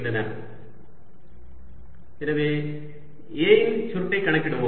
dl dxx dyy dϕ எனவே A இன் சுருட்டைக் கணக்கிடுவோம்